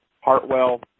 Hartwell